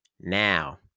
Now